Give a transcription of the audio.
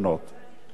משום מה,